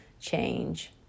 change